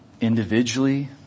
individually